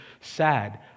sad